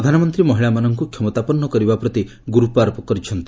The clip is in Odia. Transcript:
ପ୍ରଧାନମନ୍ତ୍ରୀ ମହିଳାମାନଙ୍କୁ କ୍ଷମତାପନ୍ନ କରିବା ପ୍ରତି ଗୁରୁତ୍ୱ ଆରୋପ କରିଛନ୍ତି